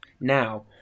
now